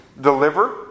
deliver